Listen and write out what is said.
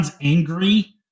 angry